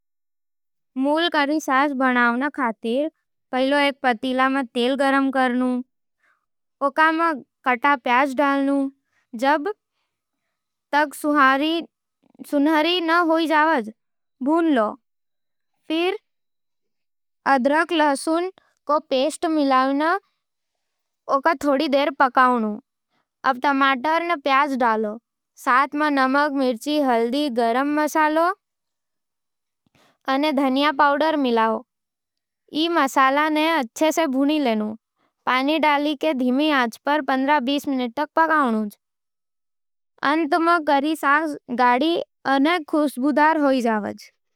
मूल curry sauce बनावण खातर, पहिला एक पतीला में तेल गरम करनू। उसमें कटा प्याज डाल नू, जब तक सुनहरी न हो जावै, भून लनू। फेर अदरक-लहसुन को पेस्ट मिलाव अने थोड़ी देर पकाव नू। अब टमाटर के प्यूरी डाल, साथ में नमक, मिर्च, हल्दी, गरम मसाला अने धनिया पाउडर मिलाव। ई मसालां ने अच्छे सै भून लनू, पानी डालके धीमी आँच पर पंद्रह बीस मिनट तक पकाव नू। अंत में, करी सॉस गाढ़ी अने खुशबूदार होजावै।